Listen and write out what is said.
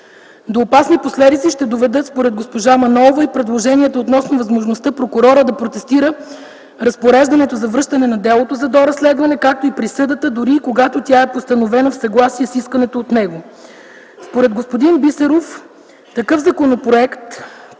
До опасни последици ще доведат и предложенията относно възможността прокурорът да протестира разпореждането за връщане на делото за доразследване, както и присъдата, дори и когато тя е постановена в съгласие с исканото от него.